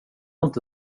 inte